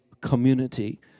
community